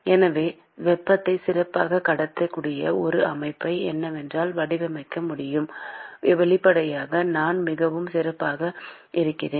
எனவே வெப்பத்தை சிறப்பாகக் கடத்தக்கூடிய ஒரு அமைப்பை என்னால் வடிவமைக்க முடிந்தால் வெளிப்படையாக நான் மிகவும் சிறப்பாக இருக்கிறேன்